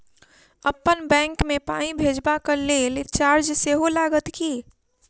अप्पन बैंक मे पाई भेजबाक लेल चार्ज सेहो लागत की?